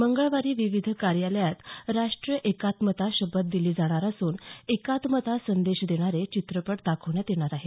मंगळवारी विविध कार्यालयांत राष्ट्रीय एकात्मता शपथ दिली जाणार असून एकात्मता संदेश देणारे चित्रपट दाखविण्यात येणार आहेत